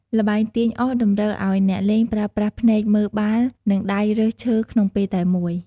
ល្បែងទាញអុសតម្រូវឲ្យអ្នកលេងប្រើប្រាស់ភ្នែកមើលបាល់ និងដៃរើសឈើក្នុងពេលតែមួយ។